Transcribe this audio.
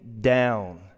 down